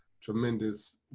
tremendous